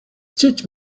teach